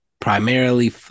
primarily